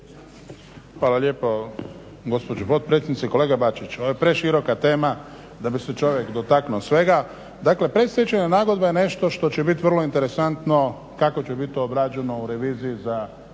Hvala lijepo gospođo potpredsjednice. Kolega Bačić ovo je preširoka tema da bi se čovjek dotaknuo svega. Dakle predstečajna nagodba je nešto što će biti vrlo interesantno kako će to biti obrađeno u reviziji za